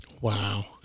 Wow